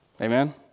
Amen